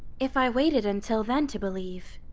if i waited until then to believe.